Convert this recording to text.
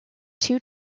two